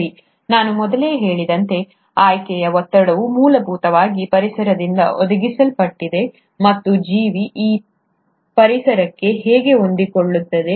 ಸರಿ ನಾನು ಮೊದಲೇ ಹೇಳಿದಂತೆ ಆಯ್ಕೆಯ ಒತ್ತಡವು ಮೂಲಭೂತವಾಗಿ ಪರಿಸರದಿಂದ ಒದಗಿಸಲ್ಪಟ್ಟಿದೆ ಮತ್ತು ಜೀವಿ ಆ ಪರಿಸರಕ್ಕೆ ಹೇಗೆ ಹೊಂದಿಕೊಳ್ಳುತ್ತದೆ